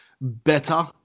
better